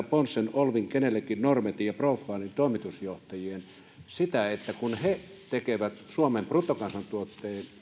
ponssen olvin genelecin normetin ja profilen toimitusjohtajien on erittäin vaikea ymmärtää sitä että kun he tekevät suomen bruttokansantuotteen